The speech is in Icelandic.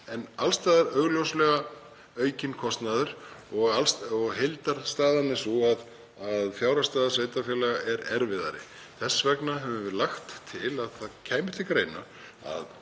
en alls staðar er augljóslega aukinn kostnaður og heildarstaðan er sú að fjárhagsstaða sveitarfélaga er erfiðari. Þess vegna höfum við lagt til að það kæmi til greina